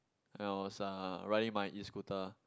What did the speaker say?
and I was uh riding my Escooter